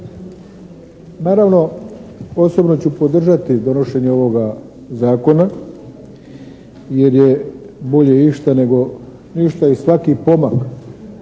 Naravno osobno ću podržati donošenje ovoga Zakona jer je bolje išta nego ništa i svaki pomak